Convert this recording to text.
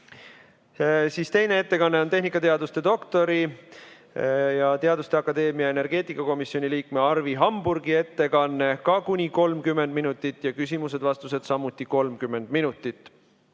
minutit. Teine on tehnikateaduste doktori, Teaduste Akadeemia energeetikakomisjoni liikme Arvi Hamburgi ettekanne, ka kuni 30 minutit, ja küsimused-vastused samuti 30 minutit.